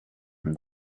from